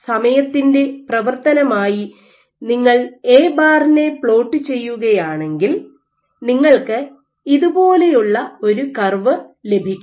സമയത്തിന്റെ പ്രവർത്തനമായി നിങ്ങൾ എ ബാറിനെ A̅ പ്ലോട്ട് ചെയ്യുകയാണെങ്കിൽ നിങ്ങൾക്ക് ഇതുപോലെയുള്ള ഒരു കർവ് ലഭിക്കും